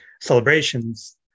celebrations